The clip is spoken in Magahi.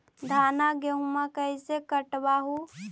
धाना, गेहुमा कैसे कटबा हू?